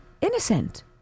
innocent